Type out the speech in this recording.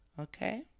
Okay